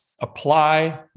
Apply